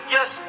Yes